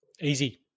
Easy